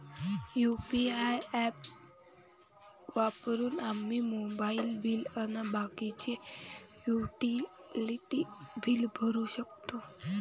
UPI app वापरून आम्ही mobile bill अन बाकीचे युटिलिटी बिल भरू शकतो